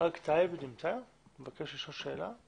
אריק טייב מבקש לשאול שאלה.